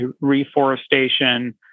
reforestation